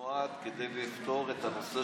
חוק קמיניץ נועד כדי לפתור את הנושא